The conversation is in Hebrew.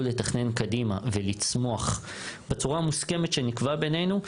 לתכנן קדימה ולצמוח בצורה המוסכמת שנקבע בינינו,